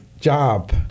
job